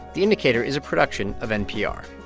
the indicator is a production of npr